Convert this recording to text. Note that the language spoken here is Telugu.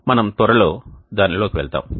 మనము త్వరలో దానిలోకి వెళ్తాము